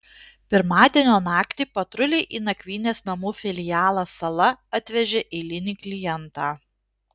pirmadienio naktį patruliai į nakvynės namų filialą sala atvežė eilinį klientą